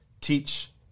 teach